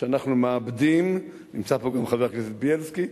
שאנחנו מאבדים, נמצא פה גם חבר הכנסת בילסקי,